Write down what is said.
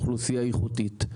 אוכלוסייה איכותית.